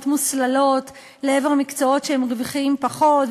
מוסללות לעבר מקצועות שמרוויחים בהם פחות,